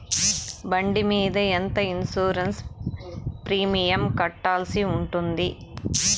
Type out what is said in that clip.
బండి మీద ఎంత ఇన్సూరెన్సు ప్రీమియం కట్టాల్సి ఉంటుంది?